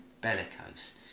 bellicose